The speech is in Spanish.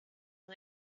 uno